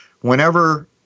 Whenever